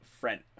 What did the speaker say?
friend